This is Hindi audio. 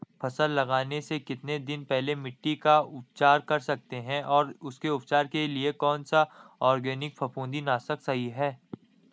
फसल लगाने से कितने दिन पहले मिट्टी का उपचार कर सकते हैं और उसके उपचार के लिए कौन सा ऑर्गैनिक फफूंदी नाशक सही है?